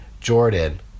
Jordan